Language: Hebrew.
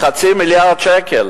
זה חצי מיליארד שקל